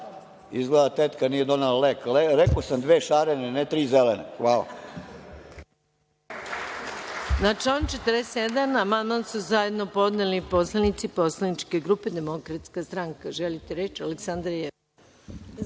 Izgleda, tetka nije donela lek, a rekao sam dve šarene, a ne tri zelene. **Maja